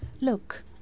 Look